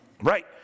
Right